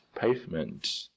pavement